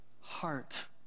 Heart